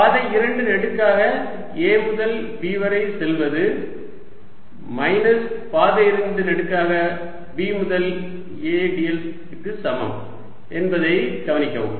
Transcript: பாதை 2 நெடுக்காக A முதல் B வரை செல்வது மைனஸ் பாதை 2 நெடுக்காக B முதல் A dl இக்கு சமம் என்பதை கவனிக்கவும்